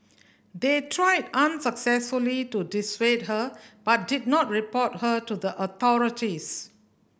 they tried unsuccessfully to dissuade her but did not report her to the authorities